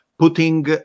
Putting